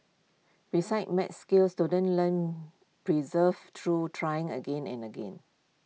besides maths skills students learn preserve through trying again and again